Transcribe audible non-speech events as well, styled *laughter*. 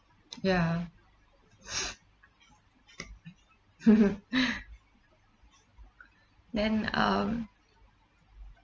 ya *breath* *laughs* *breath* then um